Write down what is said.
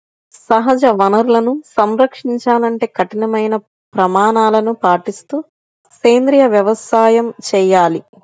సహజ వనరులను సంరక్షించాలంటే కఠినమైన ప్రమాణాలను పాటిస్తూ సేంద్రీయ వ్యవసాయం చేయాలి